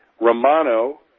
Romano